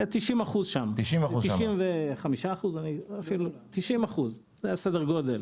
90%-95%, זה סדר הגודל.